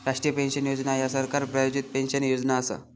राष्ट्रीय पेन्शन योजना ह्या सरकार प्रायोजित पेन्शन योजना असा